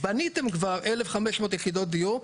בניתם כבר 1,500 יחידות דיור,